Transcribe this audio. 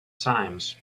times